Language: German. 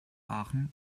aachen